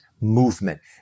movement